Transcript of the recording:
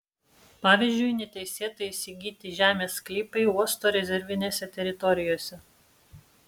pavyzdžiui neteisėtai įsigyti žemės sklypai uosto rezervinėse teritorijose